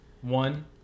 One